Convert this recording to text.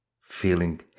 feeling